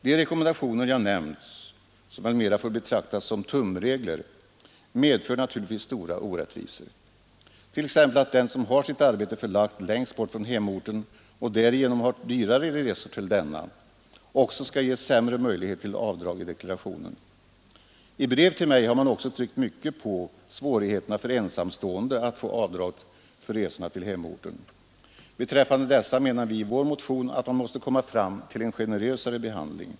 De rekommendationer jag nämnt, som väl mera får betraktas som tumregler, medför naturligtvis stora orättvisor, t.ex. att den som har sitt arbete förlagt längst bort från hemorten och därigenom har dyrare resor till denna också ges sämre möjlighet till avdrag i deklarationen. I brev till mig har man också tryckt mycket på svårigheterna för ensamstående att få avdrag för resorna till hemorten. Beträffande dessa menar vi i vår motion att man måste komma fram till en generösare behandling.